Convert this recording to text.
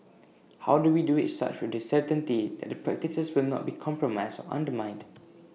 how do we do IT such with the certainty that the practices will not be compromised undermined